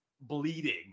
bleeding